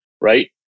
right